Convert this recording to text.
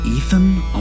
Ethan